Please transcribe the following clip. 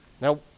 Now